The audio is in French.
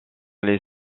les